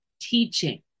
teaching